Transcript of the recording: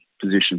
position